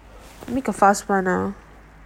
make a fast one ah